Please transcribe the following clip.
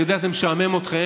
אני יודע שזה משעמם אתכם,